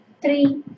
three